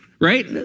right